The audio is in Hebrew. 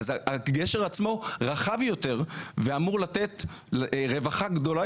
אז הגשר עצמו רחב יותר ואמור לתת רווחה גדולה